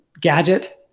gadget